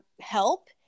help